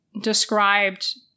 described